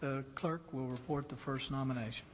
the clerk will report the first nomination